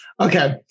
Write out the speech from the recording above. Okay